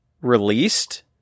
released